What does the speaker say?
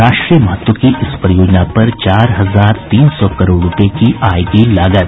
राष्ट्रीय महत्व की इस परियोजना पर चार हजार तीन सौ करोड़ रूपये की आयेगी लागत